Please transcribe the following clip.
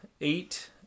Eight